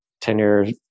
tenure